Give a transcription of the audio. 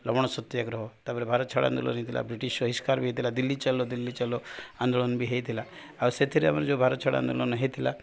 ଲବଣ ସତ୍ୟାଗ୍ରହ ତାପରେ ଭାରତ ଛାଡ଼ ଆନ୍ଦୋଳନ ହେଇଥିଲା ବ୍ରିଟିଶ ବହିଷ୍କାର ବି ହେଇଥିଲା ଦିଲ୍ଲୀ ଚାଲୋ ଦିଲ୍ଲୀ ଚାଲ ଆନ୍ଦୋଳନ ବି ହେଇଥିଲା ଆଉ ସେଥିରେ ଆମର ଯେଉଁ ଭାରତ ଛାଡ଼ ଆନ୍ଦୋଳନ ହେଇଥିଲା